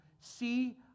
See